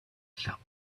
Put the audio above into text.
felt